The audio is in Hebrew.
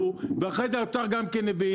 העסקים האלה נפלו ואחרי זה האוצר גם כן הבין,